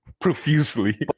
Profusely